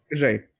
Right